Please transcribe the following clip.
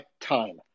time